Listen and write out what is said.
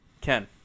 ken